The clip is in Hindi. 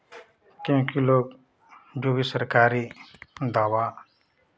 क्योंकि लोग जो भी सरकारी दवा